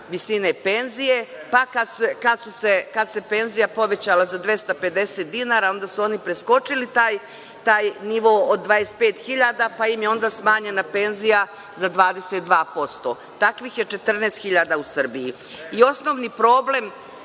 visine penzije, pa kada se penzija povećala za 250 dinara, onda su oni preskočili taj nivo od 25 hiljada, pa im je onda smanjena penzija za 22%. Takvih je 14 hiljada